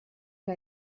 que